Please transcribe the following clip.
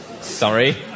Sorry